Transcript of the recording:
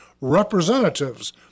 representatives